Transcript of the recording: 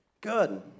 Good